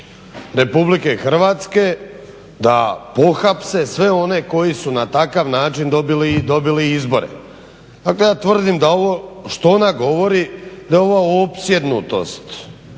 RH da pohapse sve one koji su na takav način dobili izbore. Dakle, ja tvrdim da ovo što ona govori da je ovo opsjednutost